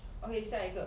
okay 下一个